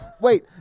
wait